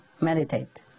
meditate